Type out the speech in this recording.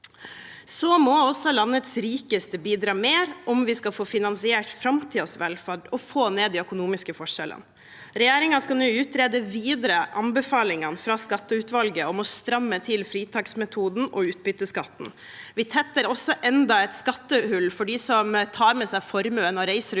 videre. Landets rikeste må også bidra mer om vi skal få finansiert framtidens velferd og få ned de økonomiske forskjellene. Regjeringen skal nå utrede videre anbefalingene fra skatteutvalget om å stramme til fritaksmetoden og utbytteskatten. Vi tetter også enda et skattehull for dem som tar med seg formuen og reiser ut